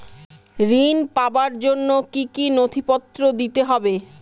ঋণ পাবার জন্য কি কী নথিপত্র দিতে হবে?